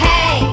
Hey